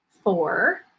four